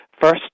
first